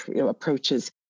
approaches